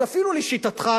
אז אפילו לשיטתך,